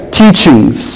teachings